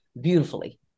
beautifully